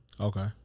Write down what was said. Okay